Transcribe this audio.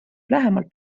lähemalt